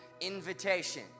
invitation